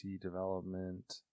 development